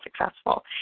successful